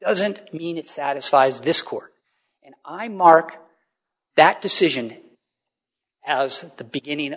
doesn't mean it satisfies this court i mark that decision as the beginning